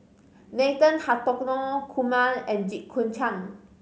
Nathan Hartono Kumar and Jit Koon Ch'ng